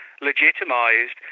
legitimized